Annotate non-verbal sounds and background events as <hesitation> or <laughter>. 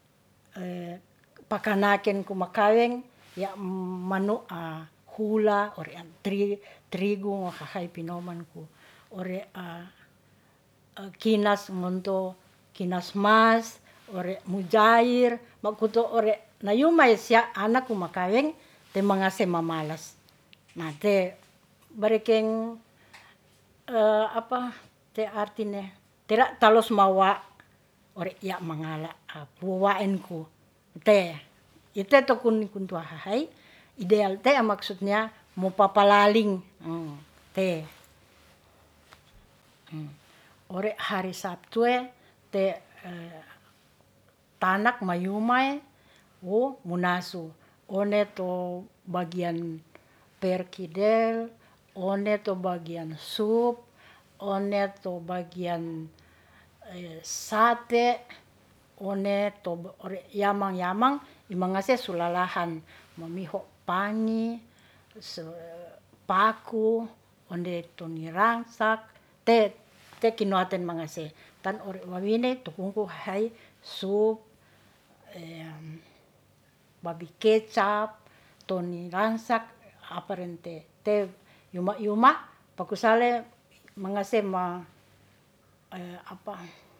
Pakanaken ku makaweng ya' manu <hesitation> hula, ore trigu ngohahai pinomanku, ore <hesitation> kinas ngonto, kinas mas ore mujair, mokoto ore nayumae sia anak makaweng te mangase mamalas. Na te barekeng <hesitation> te arti ne tera talos mawa ore ya' mangala puwaenku, te kite to kun kuntua hahai, ideal te maksudnya mo papaling te. Ore hari sabtu e <hesitation> tanak mayumae wo munasu one to bagian perkidel, one to bagian sup, one to bagian sate, one to ore yamang yamang i mangase su lalahan, mamiho pangi <hesitation> paku, onde toniransak, te te kinoaten mangase tan ore wawiney tu hunghu hahai, su <hesitation> babi kecap toni ransak, apa ren te, te yuma yuma pakusale mangase ma <hesitation>